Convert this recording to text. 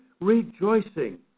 rejoicing